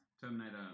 Terminator